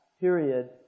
period